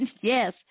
Yes